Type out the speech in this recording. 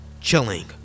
chilling